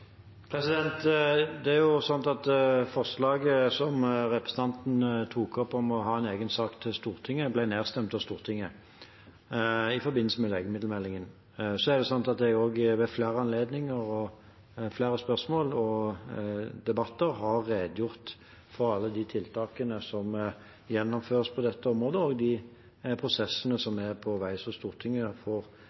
Forslaget representanten tok opp, om å ha en egen sak til Stortinget, ble nedstemt av Stortinget i forbindelse med legemiddelmeldingen. Jeg har også ved flere anledninger – etter flere spørsmål og i debatter – redegjort for alle de tiltakene som gjennomføres på dette området, og for de prosessene som er på vei. Stortinget